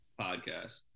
podcast